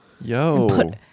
Yo